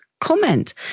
comment